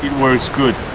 works good.